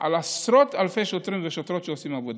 בעשרות אלפי שוטרים ושוטרות שעושים עבודה.